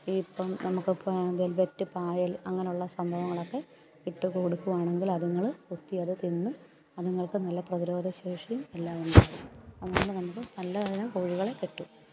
ഇപ്പം നമുക്ക് ഇപ്പം വെൽവെറ്റ് പായൽ അങ്ങനുള്ള സംഭവങ്ങളൊക്കെ ഇട്ടുകൊടുക്കുവാണെങ്കിൽ അത്ങ്ങൾക്ക് കൊത്തി അത് തിന്ന് അത്ങ്ങൾക്ക് നല്ല പ്രതിരോധശേഷി എല്ലാം ഉണ്ടാകും അങ്ങനെ നമുക്ക് നല്ലയിനം കോഴികളെ കിട്ടും